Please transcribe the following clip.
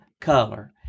color